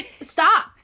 stop